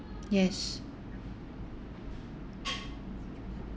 yes